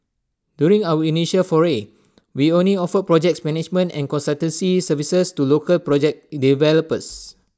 during our initial foray we only offered projects management and consultancy services to local project developers